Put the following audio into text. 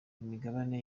imigabane